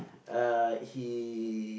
uh he